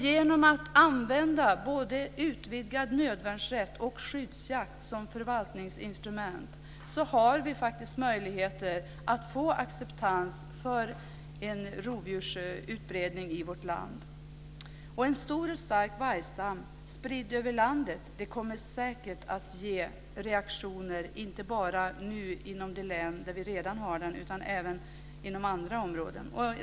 Genom att använda både utvidgad nödvärnsrätt och skyddsjakt som förvaltningsinstrument har vi faktiskt möjligheter att få acceptans för en rovdjursutbredning i vårt land. En stor och stark vargstam spridd över landet kommer säkert att ge reaktioner inte bara inom de län där den redan finns utan också inom andra områden.